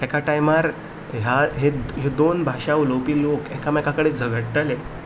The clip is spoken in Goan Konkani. एका टायमार ह्या ह्यो दोन भाशा उलोवपी लोक एकामेका कडेन झगडटाले